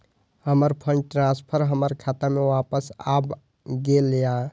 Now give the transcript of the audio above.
हमर fund transfer हमर खाता में वापस आब गेल या